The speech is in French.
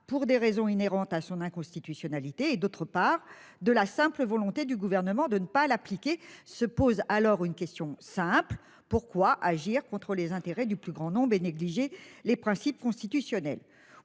pour des raisons inhérentes à son inconstitutionnalité et d'autre part, de la simple volonté du gouvernement de ne pas l'appliquer. Se pose alors une question simple, pourquoi agir contre les intérêts du plus grand nombre de négliger les principes constitutionnels.